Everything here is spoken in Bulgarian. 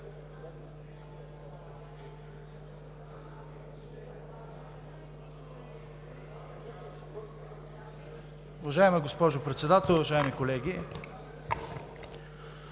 Уважаема госпожо Председател, уважаеми колеги!